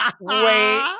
Wait